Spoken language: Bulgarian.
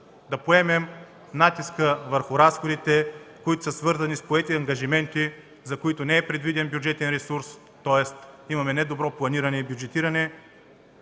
да поемем натиска върху разходите, свързани с поети ангажименти, за които не е предвиден бюджетен ресурс, тоест има недобро планиране и бюджетиране;